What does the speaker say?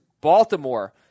Baltimore